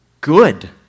Good